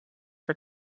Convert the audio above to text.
for